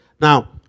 Now